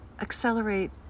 accelerate